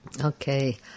Okay